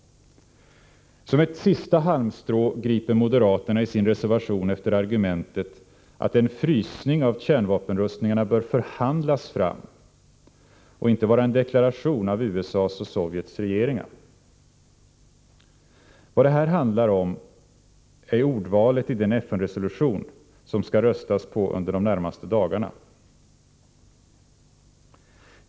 Som ett sista halmstrå griper moderaterna i sin reservation efter argumen tet att en frysning av kärnvapenrustningarna bör förhandlas fram och inte vara en deklaration av USA:s och Sovjets regeringar. Vad det här handlar om är ordvalet i den FN-resolution som det skall röstas om under de närmaste dagarna.